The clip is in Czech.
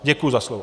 Děkuju za slovo.